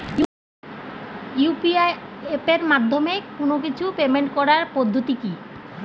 UPI এপের মাধ্যমে কোন কিছুর পেমেন্ট করার পদ্ধতি কি?